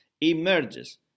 emerges